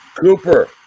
Cooper